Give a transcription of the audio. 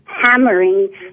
hammering